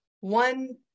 one